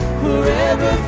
forever